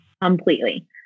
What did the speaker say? completely